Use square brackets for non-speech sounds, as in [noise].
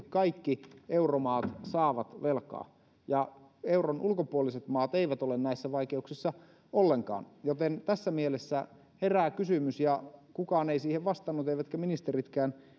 [unintelligible] kaikki euromaat taatusti saavat velkaa markkinoilta ja euron ulkopuoliset maat eivät ole näissä vaikeuksissa ollenkaan joten tässä mielessä herää kysymys kukaan ei siihen vastannut eivätkä ministeritkään